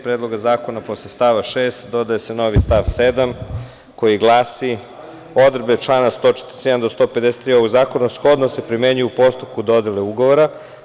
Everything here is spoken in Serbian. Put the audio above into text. Predloga zakona posle stava 6. dodaje se novi stav 7. koji glasi – odredbe člana 141-153. ovog zakona shodno se primenjuju u postupku dodele ugovora.